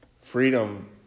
freedom